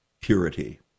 purity